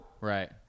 Right